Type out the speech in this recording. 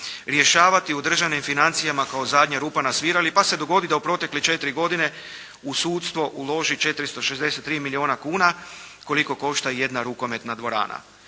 rješavati u državnim financijama kao zadnja rupa na svirali pa se dogodi da u protekle 4 godine u sudstvo uloži 463 milijuna kuna, koliko košta jedna rukometna dvorana.